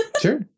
Sure